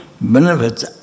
benefits